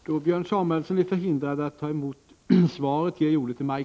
Då Björn Samuelson är förhindrad att ta emot svaret ger jag ordet till Maj